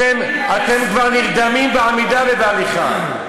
אתם כבר נרדמים בעמידה ובהליכה.